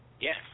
Yes